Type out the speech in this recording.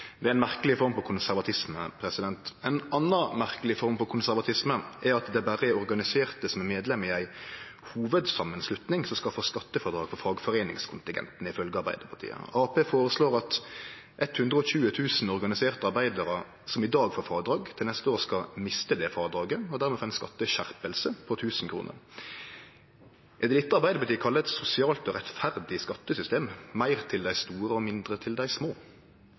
Det er ein merkeleg form for konservatisme. Ei anna merkeleg form for konservatisme er at det berre er organiserte som er medlemmer i ei hovudsamanslutning, som skal få skattefrådrag for fagforeiningskontingenten, ifølgje Arbeidarpartiet. Arbeidarpartiet føreslår at 120 000 organiserte arbeidarar som i dag får frådrag, til neste år skal miste det frådraget og dermed få ei skatteskjerping på 1 000 kr. Er det dette Arbeidarpartiet kallar eit sosialt og rettferdig skattesystem – meir til dei store og mindre til dei små?